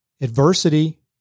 Adversity